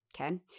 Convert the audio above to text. Okay